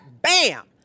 bam